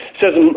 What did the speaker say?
says